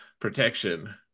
protection